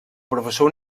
professor